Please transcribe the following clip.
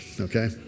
okay